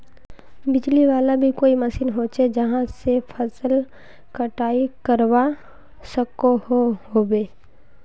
बिजली वाला भी कोई मशीन होचे जहा से फसल कटाई करवा सकोहो होबे?